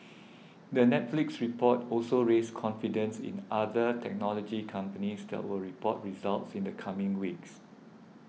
the Netflix report also raised confidence in other technology companies that will report results in the coming weeks